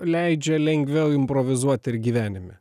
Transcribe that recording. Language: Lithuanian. leidžia lengviau improvizuoti ir gyvenime